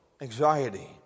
anxiety